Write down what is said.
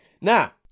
Now